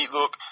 Look